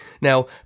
Now